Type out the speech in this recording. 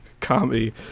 comedy